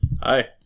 Hi